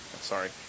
sorry